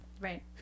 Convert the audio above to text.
Right